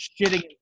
shitting